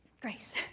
Grace